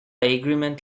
agreement